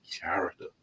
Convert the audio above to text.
character